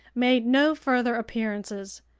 made no further appearances.